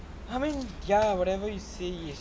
I mean ya whatever you say is